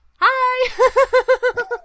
hi